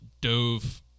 dove